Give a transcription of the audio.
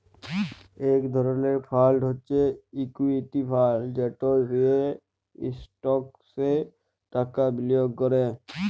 ইক ধরলের ফাল্ড হছে ইকুইটি ফাল্ড যেট দিঁয়ে ইস্টকসে টাকা বিলিয়গ ক্যরে